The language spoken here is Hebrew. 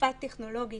חלופה טכנולוגית